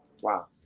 Wow